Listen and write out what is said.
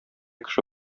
кеше